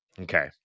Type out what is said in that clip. Okay